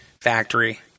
factory